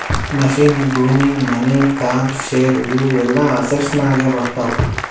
machine, ಭೂಮಿ, money, car, share ಇವು ಎಲ್ಲಾ ಅಸೆಟ್ಸನಾಗೆ ಬರ್ತಾವ